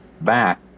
back